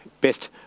best